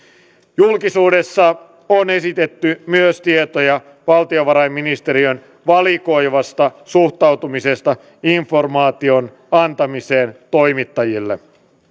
julkisuudessa on esitetty myös tietoja valtiovarainministeriön valikoivasta suhtautumisesta informaation antamiseen toimittajille